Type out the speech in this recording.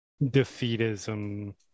defeatism